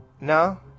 No